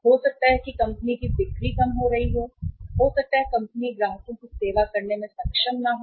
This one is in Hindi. हो सकता है कि कंपनी की बिक्री कम हो रही है या हो सकता है कि कंपनी ग्राहकों की सेवा करने में सक्षम न हो